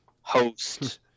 host